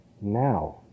now